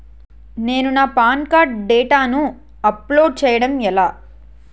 నేను నా PAN card డేటాను అప్లోడ్ చేయడం ఎలా?